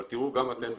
אבל תראו גם אתם,